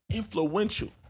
influential